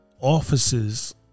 offices